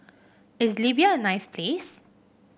is Libya a nice place